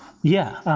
yeah.